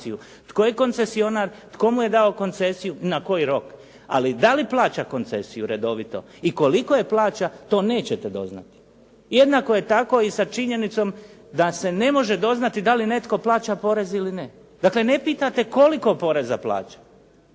tko je koncesionar, tko mu je dao koncesiju i na koji rok. Ali da li plaća koncesiju redovito i koliko je plaća, to nećete doznati. Jednako je tako i sa činjenicom da se ne može doznati da li netko plaća porez ili ne. Dakle, ne pitate koliko poreza plaća